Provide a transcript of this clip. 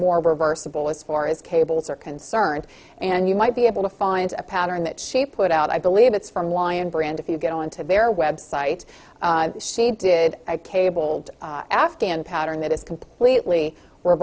more reversible as far as cables are concerned and you might be able to find a pattern that she put out i believe it's from lion brand if you go into their website she did cabled afghan pattern that is completely where